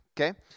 okay